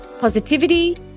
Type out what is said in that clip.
positivity